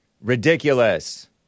Ridiculous